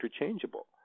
interchangeable